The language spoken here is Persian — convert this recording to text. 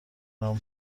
نام